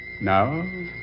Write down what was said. Now